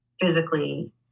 physically